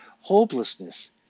hopelessness